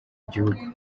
igihugu